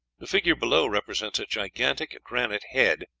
the figure below represents a gigantic granite head,